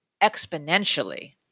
exponentially